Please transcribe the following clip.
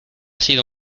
sido